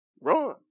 Run